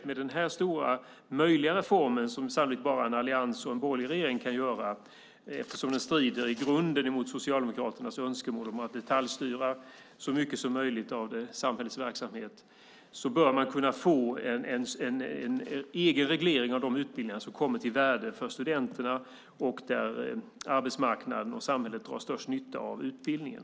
Med den här stora möjliga reformen - som sannolikt bara alliansen och en borgerlig regering kan genomföra, eftersom den i grunden strider mot Socialdemokraternas önskemål om att detaljstyra så mycket som möjligt av samhällets verksamhet - bör man kunna få en egen reglering av de utbildningar som blir till värde för studenterna och där arbetsmarknaden och samhället drar störst nytta av utbildningen.